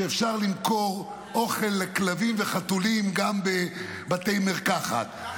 שאפשר למכור אוכל לכלבים וחתולים גם בבתי מרקחת,